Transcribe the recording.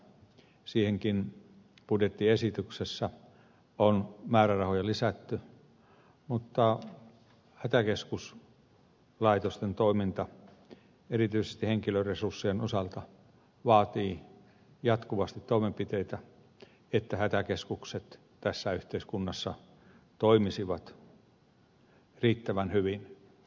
siihenkin budjettiesityksessä on määrärahoja lisätty mutta hätäkeskuslaitosten toiminta erityisesti henkilöresurssien osalta vaatii jatkuvasti toimenpiteitä että hätäkeskukset tässä yhteiskunnassa toimisivat riittävän hyvin